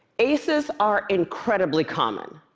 aces are incredibly common.